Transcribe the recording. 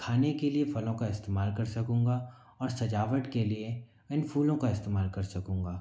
खाने के लिए फलों का इस्तेमाल कर सकूँगा और सजावट के लिए इन फूलों का इस्तेमाल कर सकूँगा